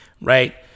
Right